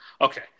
Okay